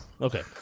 Okay